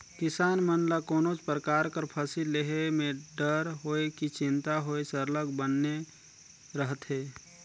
किसान मन ल कोनोच परकार कर फसिल लेहे में डर होए कि चिंता होए सरलग बनले रहथे